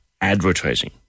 advertising